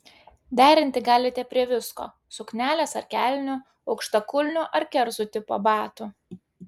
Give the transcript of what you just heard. derinti galite prie visko suknelės ar kelnių aukštakulnių ar kerzų tipo batų